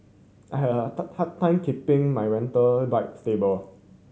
I had a hard time keeping my rental bike stable